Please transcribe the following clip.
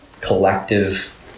collective